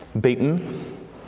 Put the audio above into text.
beaten